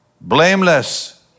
blameless